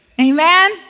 Amen